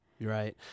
right